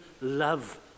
love